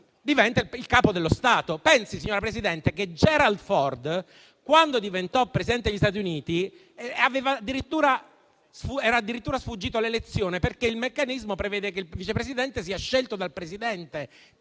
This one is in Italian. diventa il capo dello Stato. Pensi, signora Presidente, che Gerald Ford, quando diventò Presidente degli Stati Uniti, era addirittura sfuggito all'elezione, perché il meccanismo prevede che il Vice Presidente sia scelto dal Presidente;